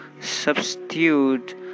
substitute